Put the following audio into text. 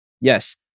Yes